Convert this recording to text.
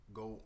go